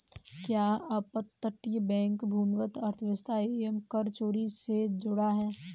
क्या अपतटीय बैंक भूमिगत अर्थव्यवस्था एवं कर चोरी से जुड़ा है?